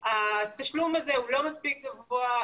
התשלום הזה הוא לא מספיק גבוה,